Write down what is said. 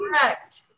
correct